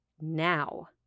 now